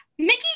Mickey